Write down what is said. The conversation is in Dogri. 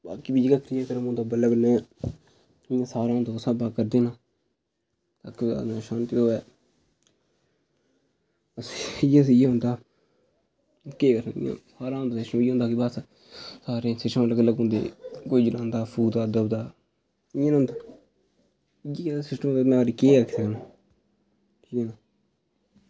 ते बाकी जेह्ड़ा बल्लें बल्लें सारे उस स्हाबै दा करदे न आत्मा गी शांति होऐ बस इ'यै सेही होंदा कोई शव गी फूकदे जलांदे दब्बदे इयै नेह् बस की ऐ इत्थै केह् होना